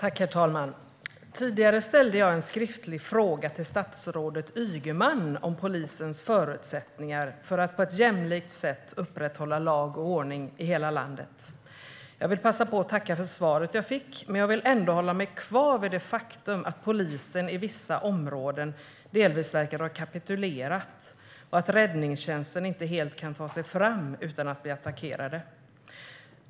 Herr talman! Jag har ställt en skriftlig fråga till statsrådet Ygeman tidigare om polisens förutsättningar för att på ett jämlikt sätt upprätthålla lag och ordning i hela landet. Jag vill passa på och tacka för svaret. Men jag vill hålla mig kvar vid det faktumet att polisen delvis verkar ha kapitulerat i vissa områden. Räddningstjänsten kan inte ta sig fram i vissa områden utan att bli attackerad.